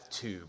tube